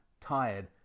tired